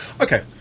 okay